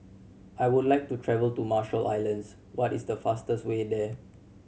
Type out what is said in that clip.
I would like to travel to Marshall Islands what is the fastest way there